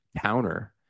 counter